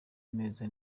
meza